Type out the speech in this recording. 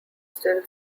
still